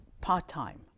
part-time